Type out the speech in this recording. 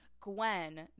Gwen